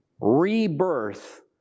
rebirth